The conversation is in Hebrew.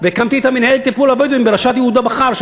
והקמתי את מינהלת הטיפול בבדואים בראשות יהודה בכר,